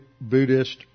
Buddhist